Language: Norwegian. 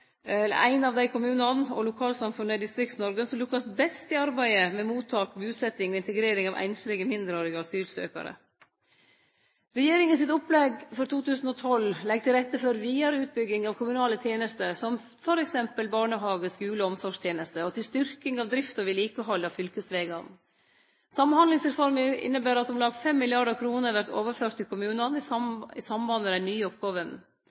er ein av dei kommunane og lokalsamfunna i Distrikts-Noreg som lukkast best i arbeidet med mottak, busetting og integrering av einslege mindreårige asylsøkjarar. Regjeringa sitt opplegg for 2012 legg til rette for vidare utbygging av kommunale tenester som t.d. barnehage, skule og omsorgstenester, og til styrking av drift og vedlikehald av fylkesvegane. Samhandlingsreforma inneber at om lag 5 mrd. kr vert overførte til kommunane i samband med dei nye oppgåvene.